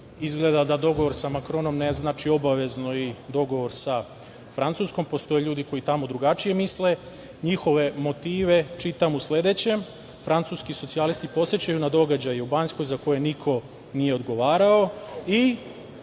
odbrani. Izgleda da dogovor sa Makronom ne znači obavezno i dogovor sa Francuskom. Postoje ljudi koji tamo drugačije misle. Njihove motive čitam u sledećem - Francuski socijalisti podsećaju na događaje u Banskoj, za koje niko nije odgovarao